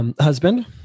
Husband